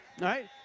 right